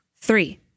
three